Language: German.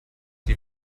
die